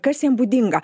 kas jam būdinga